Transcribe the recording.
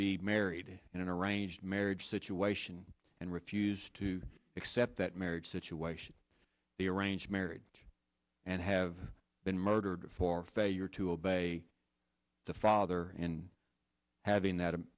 be married in an arranged marriage situation and refused to accept that marriage situation the arranged marriage and have been murdered for failure to obey the father in having that